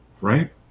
Right